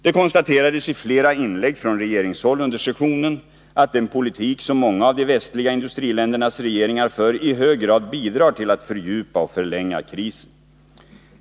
Det konstaterades i flera inlägg från regeringshåll under sessionen att den politik som många av de västliga industriländernas regeringar för i hög grad bidrar till att fördjupa och förlänga krisen.